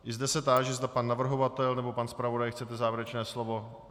I zde se táži, zda pan navrhovatel nebo pan zpravodaj chce závěrečné slovo.